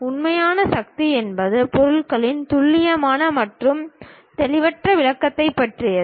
உண்மையான சக்தி என்பது பொருளின் துல்லியமான மற்றும் தெளிவற்ற விளக்கத்தைப் பற்றியது